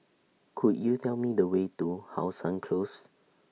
Could YOU Tell Me The Way to How Sun Close